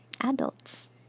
adults